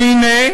והנה,